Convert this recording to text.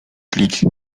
tlić